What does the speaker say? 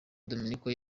dominiko